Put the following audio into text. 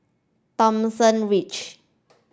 Thomson Ridge